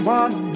one